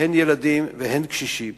הן ילדים, הן קשישים